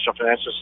financial